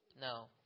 No